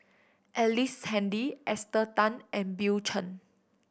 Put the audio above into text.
Ellice Handy Esther Tan and Bill Chen